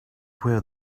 where